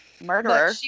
Murderer